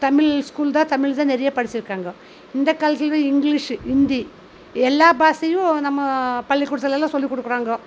Tamil school தான் தமிழ் தான் நிறைய படிச்சிருக்காங்க இந்த காலத்தில்தான் இங்கிலீஷு ஹிந்தி எல்லா பாஷையும் நம்ம பள்ளிக்கூடத்துலலாம் சொல்லி கொடுக்குறாங்கோ